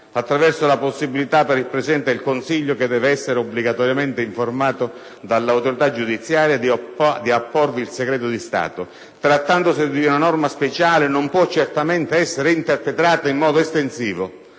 attraverso la possibilità per il Presidente del Consiglio, che deve essere obbligatoriamente informato dall'Autorità giudiziaria, di apporvi il segreto di Stato. Trattandosi di una norma speciale, non può certamente essere interpretata in modo estensivo.